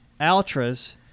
Altras